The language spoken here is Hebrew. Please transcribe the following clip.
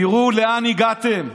תראו לאן הגעתם.